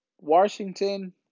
Washington